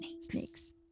snakes